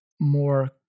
more